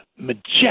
majestic